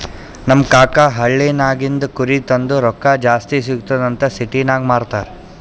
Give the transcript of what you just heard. ನಮ್ ಕಾಕಾ ಹಳ್ಳಿನಾಗಿಂದ್ ಕುರಿ ತಂದು ರೊಕ್ಕಾ ಜಾಸ್ತಿ ಸಿಗ್ತುದ್ ಅಂತ್ ಸಿಟಿನಾಗ್ ಮಾರ್ತಾರ್